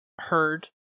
heard